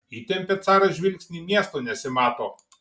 įtempia caras žvilgsnį miesto nesimato